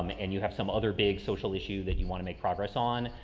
um and you have some other big social issue that you want to make progress on,